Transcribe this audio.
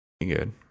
Good